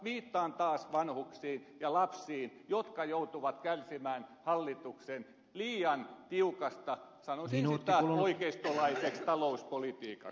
viittaan taas vanhuksiin ja lapsiin jotka joutuvat kärsimään hallituksen liian tiukasta sanoisin oikeistolaisesta talouspolitiikasta